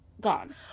gone